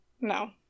no